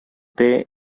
they